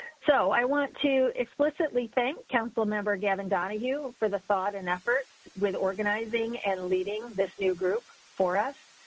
so, i want to explicitly thing council member, gavin donahue for the thought and effort with organizing and leading this new group for us.